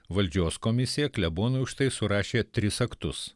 valdžios komisija klebonui už tai surašė tris aktus